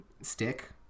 stick